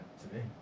today